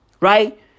Right